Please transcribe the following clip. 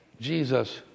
Jesus